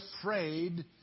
afraid